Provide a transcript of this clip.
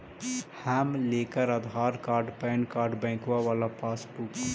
हम लेकर Aadhaar card PAN card बैंकवा वाला पासबुक?